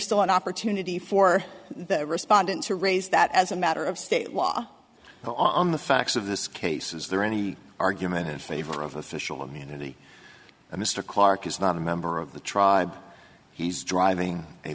still an opportunity for the respondent to raise that as a matter of state law on the facts of this case is there any argument in favor of official immunity to mr clark is not a member of the tribe he's driving a